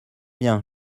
bien